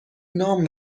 نام